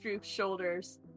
shoulders